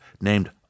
named